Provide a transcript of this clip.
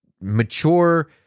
mature